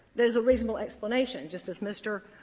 there is a reasonable explanation, just as mr.